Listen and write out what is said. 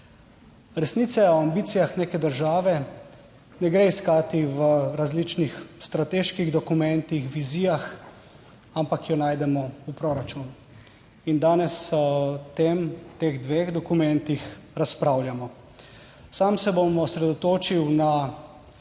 Resnice o ambicijah neke države ne gre iskati v različnih strateških dokumentih, vizijah, ampak jo najdemo v proračunu in danes o tem, teh dveh dokumentih razpravljamo. Sam se bom osredotočil na območje